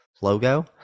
logo